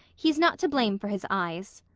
he's not to blame for his eyes.